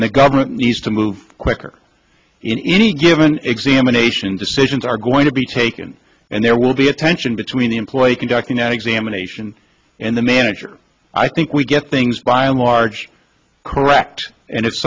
and the government needs to move quicker in any given examination decisions are going to be taken and there will be a tension between the employee can talk you know examination and the manager i think we get things by and large correct and if